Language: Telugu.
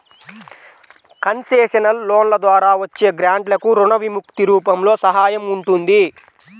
కన్సెషనల్ లోన్ల ద్వారా వచ్చే గ్రాంట్లకు రుణ విముక్తి రూపంలో సహాయం ఉంటుంది